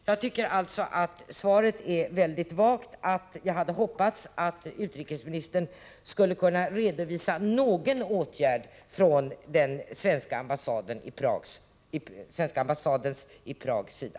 Jag tycker alltså att svaret är väldigt vagt, och jag hade hoppats att utrikesministern skulle kunna redovisa någon åtgärd från den svenska ambassadens i Prag sida.